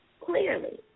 Clearly